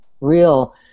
real